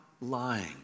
lying